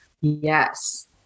Yes